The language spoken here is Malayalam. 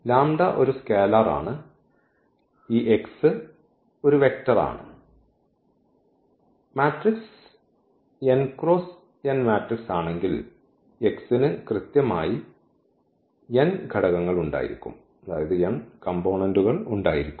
ലാംഡ ഒരു സ്കെയിലർ ആണ് ഈ x ഒരു വെക്റ്ററാണ് matrix n cross n matrix ആണെങ്കിൽ x ന് കൃത്യമായി n ഘടകങ്ങൾ ഉണ്ടായിരിക്കും